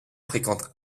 fréquente